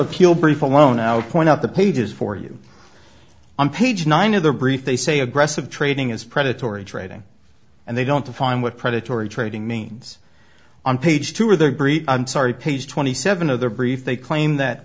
appeal brief alone outpoint out the pages for you on page nine of their brief they say aggressive trading is predatory trading and they don't define what predatory trading means on page two or their sorry page twenty seven of their brief they claim that